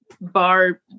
bar